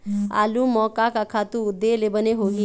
आलू म का का खातू दे ले बने होही?